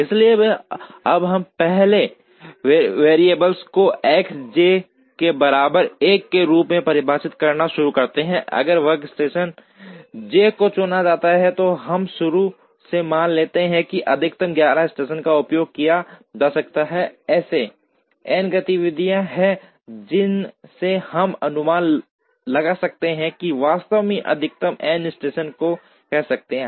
इसलिए अब हम पहले वेरिएबल को एस जे के बराबर 1 के रूप में परिभाषित करना शुरू करते हैं अगर वर्कस्टेशन जे को चुना जाता है तो हम शुरू में मान लेते हैं कि अधिकतम 11 स्टेशन का उपयोग किया जा सकता है ऐसे एन गतिविधियां हैं जिनसे हम अनुमान लगा सकते हैं कि वास्तव में अधिकतम एन स्टेशन हो सकते हैं